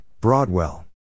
Broadwell